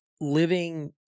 living